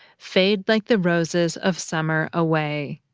fade like the roses of summer away.